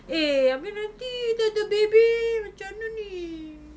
eh abeh nanti the baby macam mana ni